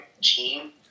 team